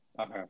Okay